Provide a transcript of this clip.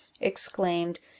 exclaimed